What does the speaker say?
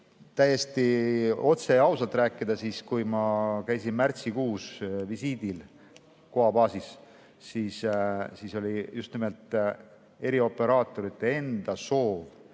täiesti otse ja ausalt rääkida, siis kui ma käisin märtsikuus visiidil Gao baasis, oli just nimelt erioperaatorite enda soov,